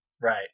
Right